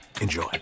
Enjoy